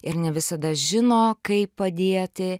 ir ne visada žino kaip padėti